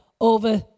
over